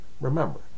Remember